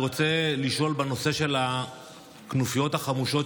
אני רוצה לשאול בנושא של הכנופיות החמושות